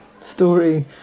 story